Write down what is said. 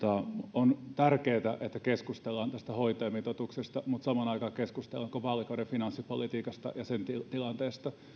on tärkeätä että keskustellaan tästä hoitajamitoituksesta mutta samaan aikaan keskustellaan koko vaalikauden finanssipolitiikasta ja sen tilanteesta